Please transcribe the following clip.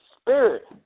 spirit